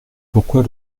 pourquoi